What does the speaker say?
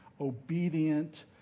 obedient